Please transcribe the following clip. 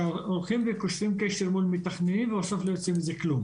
שהולכים וקושרים קשר מול מתכננים ובסוף לא יוצא מזה כלום